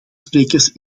sprekers